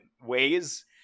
ways